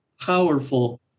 powerful